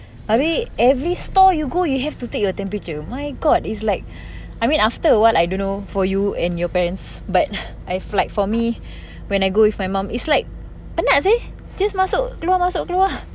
abeh every store you go you have to take your temperature my god it's like I mean after awhile I don't know for you and your parents but I like for me when I go with my mum it's like penat seh just masuk keluar masuk keluar